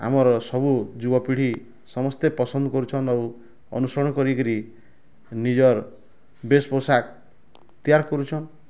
ଆମର୍ ସବୁ ଯୁବ ପିଢ଼ି ସମସ୍ତେ ପସନ୍ଦ କରୁଛନ୍ ଆଉ ଅନୁସରଣ କରିକିରି ନିଜର୍ ବେଶ୍ ପୋଷାକ୍ ତିଆରି କରୁଛନ୍